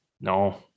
No